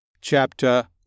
chapter